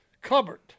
cupboard